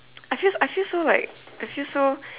I feel I feel so like I feel so